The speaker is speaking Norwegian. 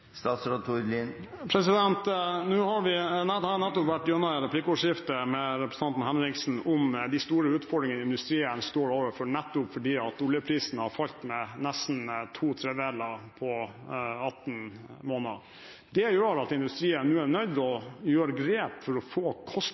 har nettopp vært gjennom et replikkordskifte med representanten Henriksen om de store utfordringene som industrien står overfor, nettopp fordi oljeprisen har falt med nesten to tredjedeler på 18 måneder. Det gjør at industrien nå er nødt til å ta grep for å få